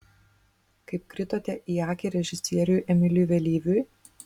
kaip kritote į akį režisieriui emiliui vėlyviui